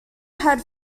had